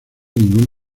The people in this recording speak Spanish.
ningún